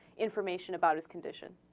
information about his condition